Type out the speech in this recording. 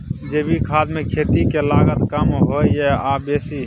जैविक खाद मे खेती के लागत कम होय ये आ बेसी?